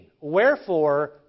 Wherefore